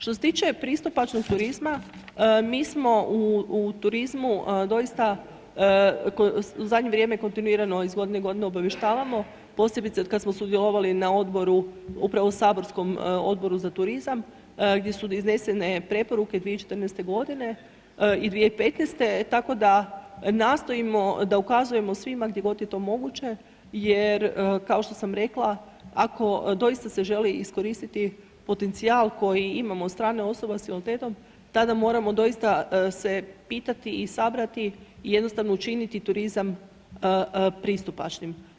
Što se tiče pristupačnosti turizma, mi smo u turizmu doista, u zadnje vrijeme kontinuirano iz godine u godinu obavještavamo, posebice otkad smo sudjelovali na odboru, upravo Saborskom odboru za turizam gdje su iznesene preporuke 2014.g. i 2015, tako da nastojimo da ukazujemo svima gdje god je to moguće jer kao što sam rekla, ako doista se želi iskoristiti potencijal koji imamo od strane osoba s invaliditetom, tada moramo doista se pitati i sabrati i jednostavno učiniti turizam pristupačnim.